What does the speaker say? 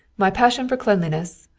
my passion for cleanliness,